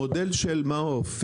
המודל של מעוף,